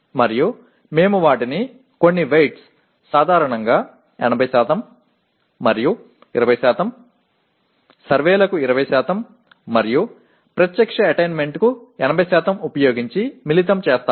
మరియు మేము వాటిని కొన్ని వెయిట్స్ సాధారణంగా 80 మరియు 20 సర్వేలకు 20 మరియు ప్రత్యక్ష అటైన్మెంట్కు 80 ఉపయోగించి మిళితం చేస్తాము